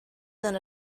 than